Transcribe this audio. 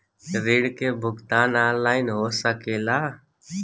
ऋण के भुगतान ऑनलाइन हो सकेला?